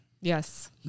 Yes